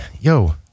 yo